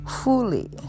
fully